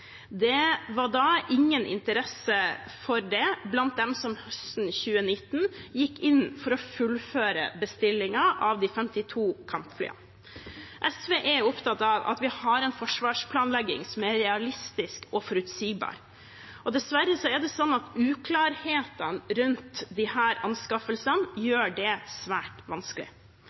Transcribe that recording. Det var da ingen interesse for det blant dem som høsten 2019 gikk inn for å fullføre bestillingen av de 52 kampflyene. SV er opptatt av at vi skal ha en forsvarsplanlegging som er realistisk og forutsigbar. Dessverre er det sånn at uklarhetene rundt disse anskaffelsene gjør det svært vanskelig.